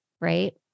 right